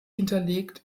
hinterlegt